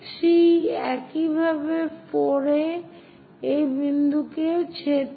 3 একইভাবে 4 এ এই বিন্দুকেও ছেদ করে